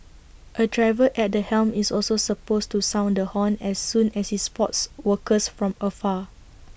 A driver at the helm is also supposed to sound the horn as soon as he spots workers from afar